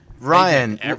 Ryan